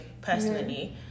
personally